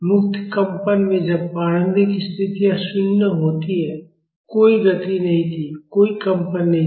मुक्त कंपन में जब प्रारंभिक स्थितियाँ 0 होती हैं कोई गति नहीं थी कोई कंपन नहीं था